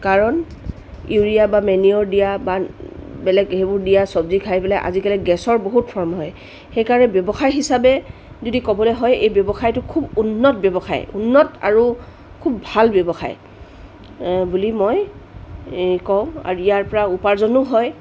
কাৰণ ইউৰিয়া বা মেনিয়ৰ দিয়া বা বেলেগ সেইবোৰ দিয়া চব্জি খাই পেলাই আজিকালি গেছৰ বহুত ফৰ্ম হয় সেইকাৰণে ব্যৱসায় হিচাপে যদি ক'বলৈ হয় এই ব্যৱসায়টো খুব উন্নত ব্যৱসায় উন্নত আৰু খুব ভাল ব্যৱসায় বুলি মই এই ক'ম আৰু ইয়াৰ পৰা উপাৰ্জনো হয়